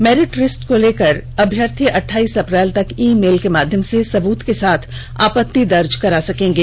merit list को लेकर अभ्यर्थी अठाइस अप्रैल तक ई मेल के माध्यम से सबूत के साथ आपत्ति दर्ज करा सकेंगे